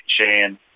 Shane